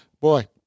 Boy